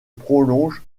prolonge